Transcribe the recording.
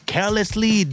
Carelessly